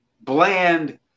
bland